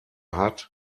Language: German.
hat